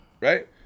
Right